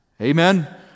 Amen